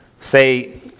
say